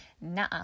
nah